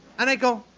and i go,